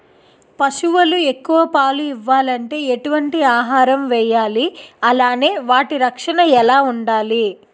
పశువులు ఎక్కువ పాలు ఇవ్వాలంటే ఎటు వంటి ఆహారం వేయాలి అలానే వాటి రక్షణ ఎలా వుండాలి?